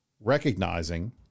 recognizing